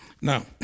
Now